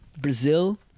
Brazil